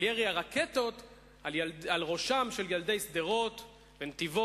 אבל ירי הרקטות על ראשיהם של ילדי שדרות ונתיבות,